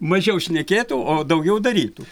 mažiau šnekėtų o daugiau darytų